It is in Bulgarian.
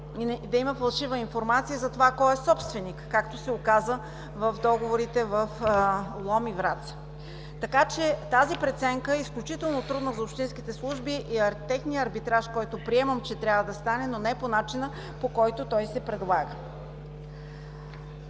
да има фалшива информация за това кой е собственик, както се оказа в договорите в Лом и Враца. Така че тази преценка е изключително трудна за общинските служби и техния арбитраж, който приемам, че трябва да стане, но не по начина, по който той се предлага.